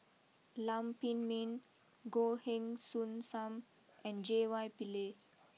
Lam Pin Min Goh Heng Soon Sam and J Y Pillay